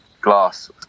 glass